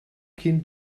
cyn